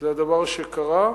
זה הדבר שקרה,